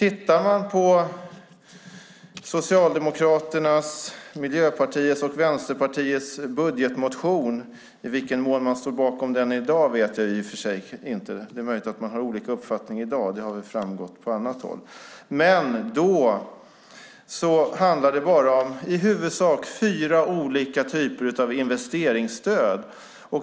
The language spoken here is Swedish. I Socialdemokraternas, Miljöpartiets och Vänsterpartiets budgetmotion - i vilken mån de står bakom den i dag vet jag i och för sig inte; det är möjligt att de har olika uppfattning i dag såsom det framgått på annat håll - handlar det i huvudsak bara om fyra olika typer av investeringsstöd.